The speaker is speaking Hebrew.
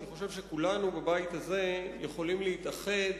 אני חושב שכולנו בבית הזה יכולים להתאחד